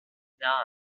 not